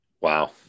wow